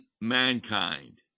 mankind